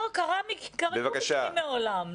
לא, קרו מקרים מעולם.